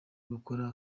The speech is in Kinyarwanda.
gukora